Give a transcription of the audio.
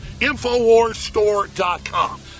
InfoWarsStore.com